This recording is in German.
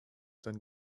dann